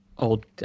old